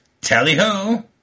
Tally-ho